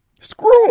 Screw